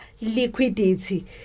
liquidity